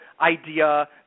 idea